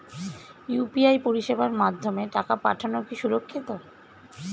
UPI পরিষেবার মাধ্যমে টাকা পাঠানো কি সুরক্ষিত?